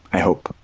i hope.